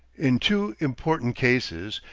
in two important cases,